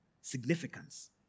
significance